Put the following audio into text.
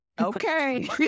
okay